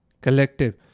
collective